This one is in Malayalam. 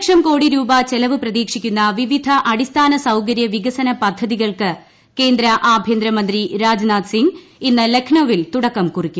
ഒരുലക്ഷം കോടി രൂപ ചെലവ് പ്രതീക്ഷിക്കുന്ന വിവിധ അടിസ്ഥാന സൌകരൃ വികസന പദ്ധതികൾക്ക് കേന്ദ്ര ആഭ്യന്തര മന്ത്രി രാജ്നാഥ് സിംഗ് ഇന്ന് ലക്നൌവിൽ തുടക്കം കുറിക്കും